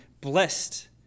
blessed